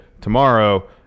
tomorrow